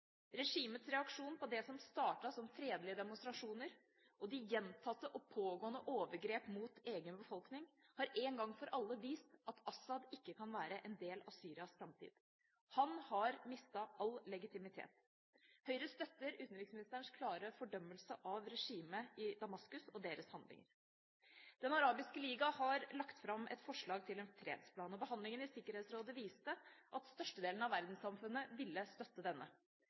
Regimets reaksjon på det som startet som fredelige demonstrasjoner, og de gjentatte og pågående overgrep mot egen befolkning har en gang for alle vist at al-Assad ikke kan være en del av Syrias framtid. Han har mistet all legitimitet. Høyre støtter utenriksministerens klare fordømmelse av regimet i Damaskus og dets handlinger. Den arabiske liga har lagt fram et forslag til en fredsplan. Behandlingen i Sikkerhetsrådet viste at størstedelen av verdenssamfunnet ville støtte denne.